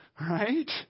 right